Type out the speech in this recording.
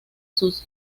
sus